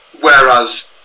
whereas